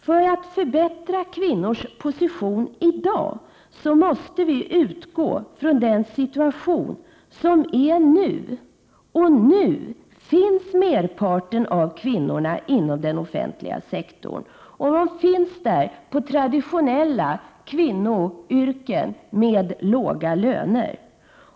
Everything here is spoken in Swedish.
För att förbättra kvinnors position i dag måste vi utgå från den situation som är nu, och nu finns merparten av kvinnorna inom den offentliga sektorn och där i traditionella kvinnoyrken med låga löner.